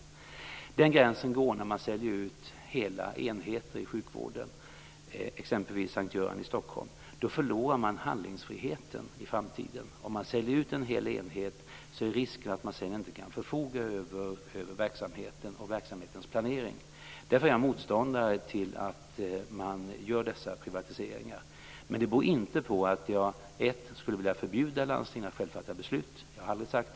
Den gränsen går när man säljer ut hela enheter i sjukvården, exempelvis S:t Göran i Stockholm. Då förlorar man handlingsfriheten i framtiden. Om man säljer ut en hel enhet är risken att man sedan inte kan förfoga över verksamheten och verksamhetens planering. Därför är jag motståndare till sådana privatiseringar. Men det beror inte på att jag skulle vilja förbjuda landstingen att själva fatta beslut. Det har jag aldrig sagt.